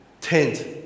tent